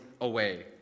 away